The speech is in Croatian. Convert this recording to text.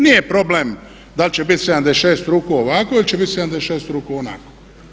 Nije problem da li će biti 76 ruku ovako ili će biti 76 ruku onako.